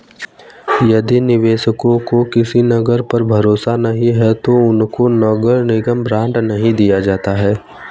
यदि निवेशकों को किसी नगर पर भरोसा नहीं है तो उनको नगर निगम बॉन्ड नहीं दिया जाता है